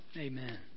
Amen